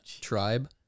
tribe